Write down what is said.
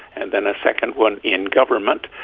and then a second one in government?